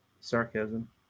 sarcasm